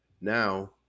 Now